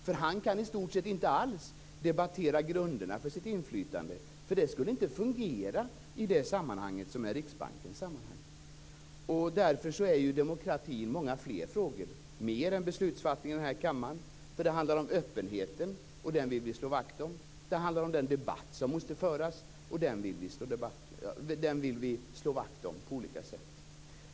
Han kan där i stort sett inte alls debattera grunderna för sitt inflytande, för det skulle inte fungera i Riksbankens sammanhang. Demokratin omfattar många fler frågor, mer än beslutsfattandet här i kammaren. Det handlar om öppenheten, som vi vill slå vakt om. Det handlar om den debatt som måste föras, som vi också vill slå vakt om på olika sätt.